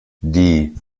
die